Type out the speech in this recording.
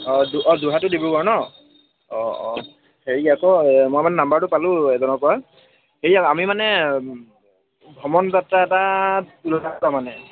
অঁ অঁ যোৰহাট টু ডিব্ৰুগড় নহ্ অঁ অঁ হেৰি আকৌ এই মই মানে নাম্বাৰটো পালোঁ এজনৰ পৰা হেৰি আকৌ আমি মানে ভ্ৰমণ যাত্ৰা এটা মানে